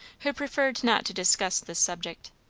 who preferred not to discuss this subject.